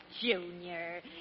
Junior